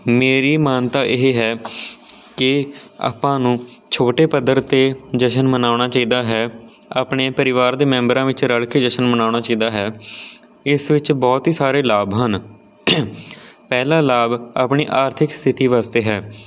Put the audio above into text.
ਮੇਰੀ ਮਾਨਤਾ ਇਹ ਹੈ ਕਿ ਆਪਾ ਨੂੰ ਛੋਟੇ ਪੱਧਰ 'ਤੇ ਜਸ਼ਨ ਮਨਾਉਣਾ ਚਾਹੀਦਾ ਹੈ ਆਪਣੇ ਪਰਿਵਾਰ ਦੇ ਮੈਂਬਰਾਂ ਵਿੱਚ ਰਲ ਕੇ ਜਸ਼ਨ ਮਨਾਉਣਾ ਚਾਹੀਦਾ ਹੈ ਇਸ ਵਿੱਚ ਬਹੁਤ ਹੀ ਸਾਰੇ ਲਾਭ ਹਨ ਪਹਿਲਾਂ ਲਾਭ ਆਪਣੀ ਆਰਥਿਕ ਸਥਿਤੀ ਵਾਸਤੇ ਹੈ